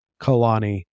Kalani